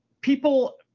people